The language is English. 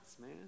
man